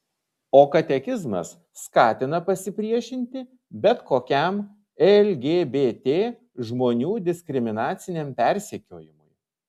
o katekizmas skatina pasipriešinti bet kokiam lgbt žmonių diskriminaciniam persekiojimui